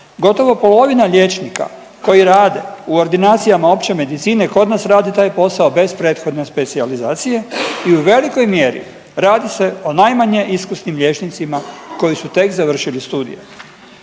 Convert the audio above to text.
Gotovo polovina liječnika koji rade u ordinacijama opće medicine kod nas radi taj posao bez prethodne specijalizacije i u velikoj mjeri radi se o najmanje iskusnim liječnicima koji su tek završili studij.